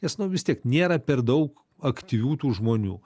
nes nu vis tiek nėra per daug aktyvių tų žmonių